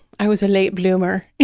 i was a late bloomer.